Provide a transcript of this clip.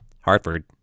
Hartford